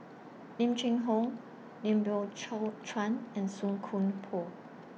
Lim Cheng Hoe Lim Biow Chuan and Song Koon Poh